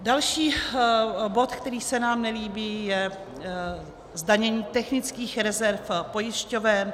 Další bod, který se nám nelíbí, je zdanění technických rezerv pojišťoven.